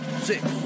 six